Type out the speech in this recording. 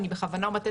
אני בכוונה אומרת,